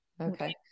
Okay